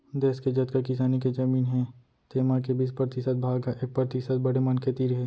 देस के जतका किसानी के जमीन हे तेमा के बीस परतिसत भाग ह एक परतिसत बड़े मनखे तीर हे